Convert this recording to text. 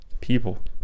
people